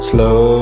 Slow